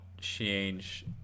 change